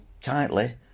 tightly